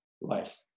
life